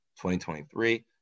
2023